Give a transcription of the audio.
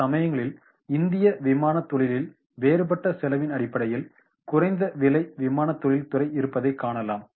பல சமயங்களில் இந்திய விமானத் தொழிலில் வேறுபட்ட செலவின் அடிப்படையில் குறைந்த விலை விமானத் தொழிலில்துறை இருப்பதைக் காணலாம்